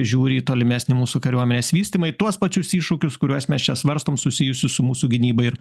žiūri į tolimesnį mūsų kariuomenės vystymą į tuos pačius iššūkius kuriuos mes čia svarstom susijusius su mūsų gynyba ir